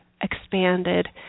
expanded